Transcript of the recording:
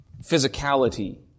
physicality